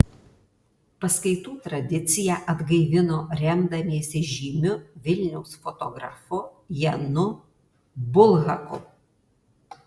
paskaitų tradiciją atgaivino remdamiesi žymiu vilniaus fotografu janu bulhaku